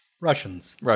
Russians